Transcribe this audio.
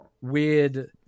weird